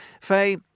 Faye